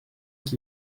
qui